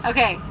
Okay